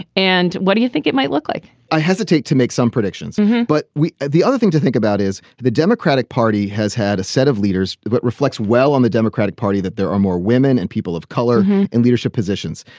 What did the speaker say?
and what do you think it might look like i hesitate to make some predictions but the other thing to think about is the democratic party has had a set of leaders that but reflects well on the democratic party that there are more women and people of color in leadership positions.